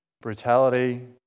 brutality